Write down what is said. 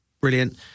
Brilliant